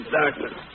darkness